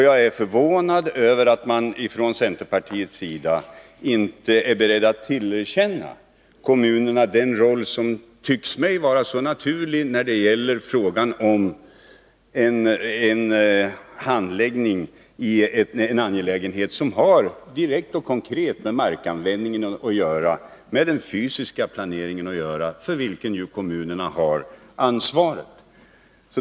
Jag är förvånad över att man från centerpartiets sida inte är beredd att tillerkänna kommunerna den roll som tycks mig vara så naturlig när det gäller frågan om handläggning i en angelägenhet som har, direkt och konkret, att göra med markanvändningen och med den fysiska planeringen, för vilken kommunerna ju har ansvaret.